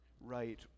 right